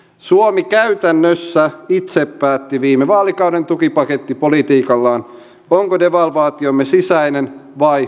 suomi käytännössä itse päätti viime vaalikauden tukipakettipolitiikallaan onko devalvaatiomme sisäinen vai ulkoinen